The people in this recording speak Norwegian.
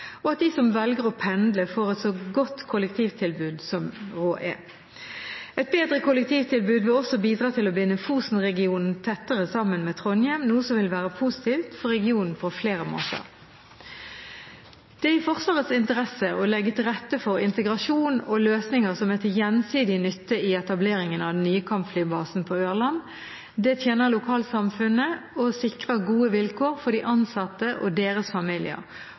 og at de som velger å pendle, får et så godt kollektivtilbud som råd er. Et bedre kollektivtilbud vil også bidra til å binde Fosenregionen tettere sammen med Trondheim, noe som vil være positivt for regionen på flere måter. Det er i Forsvarets interesse å legge til rette for integrasjon og løsninger som er til gjensidig nytte i etableringen av den nye kampflybasen på Ørland. Det tjener lokalsamfunnet og sikrer gode vilkår for de ansatte og deres familier.